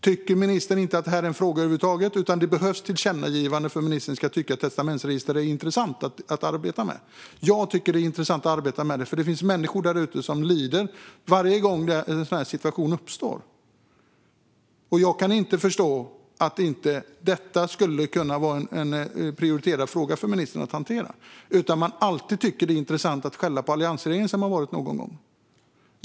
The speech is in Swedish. Tycker ministern inte att det är en fråga över huvud taget, utan det behövs ett tillkännagivande för att ministern ska tycka att ett testamentsregister är intressant att arbeta med? Jag tycker att det är intressant att arbeta med det. Det finns människor därute som lider varje gång en sådan situation uppstår. Jag kan inte förstå att det inte skulle kunna vara en prioriterad fråga för ministern att hantera. Man tycker alltid det är intressant att skälla på alliansregeringen som varit någon gång.